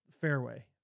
fairway